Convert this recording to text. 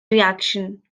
reaction